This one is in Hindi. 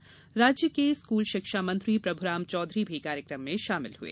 यहां राज्य के स्कूल शिक्षा मंत्री प्रभुराम चौधरी भी कार्यक्रम शामिल हुए